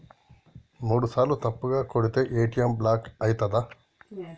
మూడుసార్ల తప్పుగా కొడితే ఏ.టి.ఎమ్ బ్లాక్ ఐతదా?